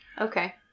Okay